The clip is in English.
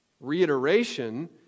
Reiteration